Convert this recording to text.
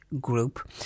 group